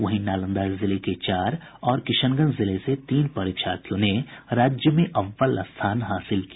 वहीं नालंदा जिले के चार और किशनगंज जिले से तीन परीक्षार्थियों ने राज्य में अव्वल स्थान हासिल किया